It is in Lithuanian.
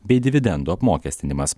bei dividendų apmokestinimas